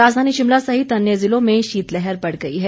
राजधानी शिमला सहित अन्य जिलों में शीतलहर बढ़ गई है